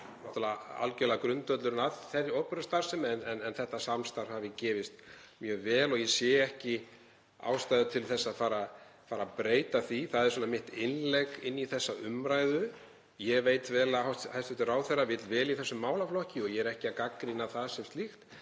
algerlega verið grundvöllurinn að þeirri starfsemi en þetta samstarf hefur gefist mjög vel og ég sé ekki ástæðu til að fara að breyta því. Það er mitt innlegg í þessa umræðu. Ég veit vel að hæstv. ráðherra vill vel í þessum málaflokki og ég er ekki að gagnrýna það sem slíkt.